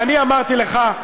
ואני אמרתי לך,